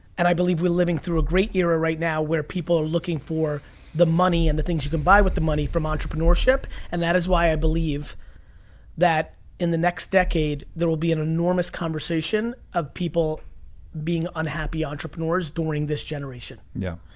and i believe we're living through a great era right now where people are looking for the money and the things you can buy with the money from entrepreneurship. and that is why i believe that in the next decade there will be an enormous conversation of people being unhappy entrepreneurs during this generation. yeah.